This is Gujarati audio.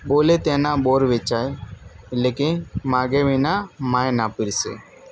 બોલે તેના બોર વેચાય એટલે કે માંગ્યા વિના મા ય ન પીરસે